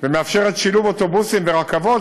ומאפשרת שילוב אוטובוסים ורכבות,